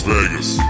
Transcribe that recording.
Vegas